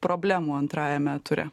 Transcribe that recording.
problemų antrajame ture